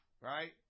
right